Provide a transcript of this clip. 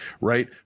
right